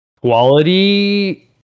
quality